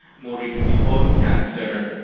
more recently colon cancer,